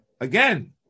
again